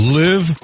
live